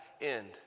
end